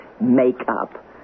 Makeup